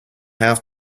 have